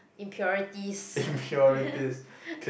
impurities